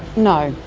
no.